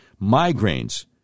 migraines